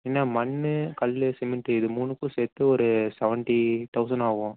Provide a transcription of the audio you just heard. என்ன மண் கல் சிமெண்ட்டு இது மூணுக்கும் சேர்த்து ஒரு சவன்ட்டி தௌசண்ட் ஆகும்